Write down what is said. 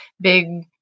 big